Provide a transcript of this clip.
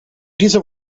dieser